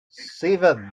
seven